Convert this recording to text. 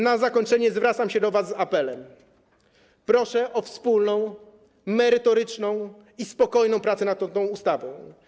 Na zakończenie zwracam się do was z apelem: proszę o wspólną, merytoryczną i spokojną pracę nad tą ustawą.